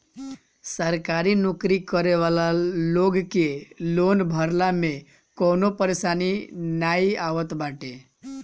सरकारी नोकरी करे वाला लोग के लोन भरला में कवनो परेशानी नाइ आवत बाटे